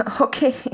Okay